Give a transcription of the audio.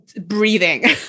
breathing